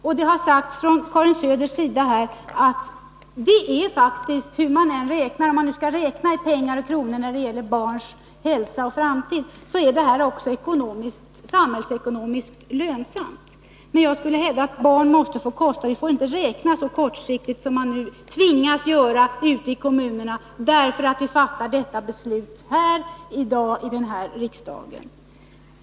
Det har här sagts från Karin Söders sida att det faktiskt, om man nu skall räkna i kronor när det gäller barns hälsa och framtid, är samhällsekonomiskt lönsamt att göra på detta sätt. Jag skulle vilja hävda att barn måste få kosta. Vi får inte räkna så kortsiktigt som man nu tvingas göra ute i kommunerna, därför att vi fattar beslut i denna fråga i dag här i riksdagen.